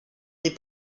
des